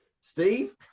Steve